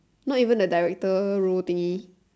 not even a director role thing